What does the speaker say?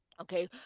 Okay